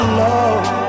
love